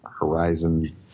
Horizon